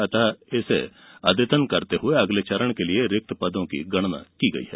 अतः इसे अद्यतन करते हुए अगले चरण के लिये रिक्त पदों की गणना की गई है